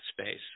space